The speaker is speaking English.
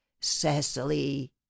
cecily